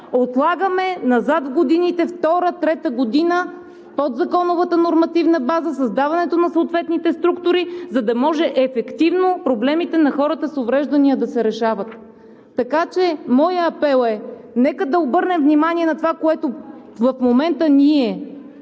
отлагаме назад в годините – втора, трета година, подзаконовата нормативна база, създаването на съответните структури, за да може ефективно проблемите на хората с увреждания да се решават? Така че моят апел е: нека да обърнем внимание на това, което в момента ни